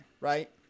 right